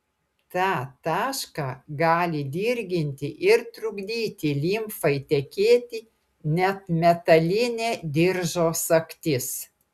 tą tašką gali dirginti ir trukdyti limfai tekėti net metalinė diržo sagtis